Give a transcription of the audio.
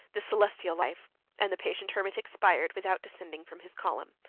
this celestial life and the patient hermit expired, without descending from his column.